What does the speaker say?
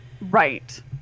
right